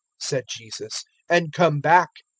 said jesus and come back.